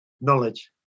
knowledge